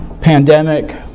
pandemic